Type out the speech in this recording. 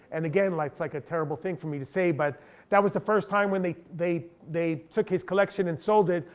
and again, like it's like a terrible thing for me to say but that was the first time, when they they took his collection and sold it,